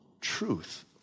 truth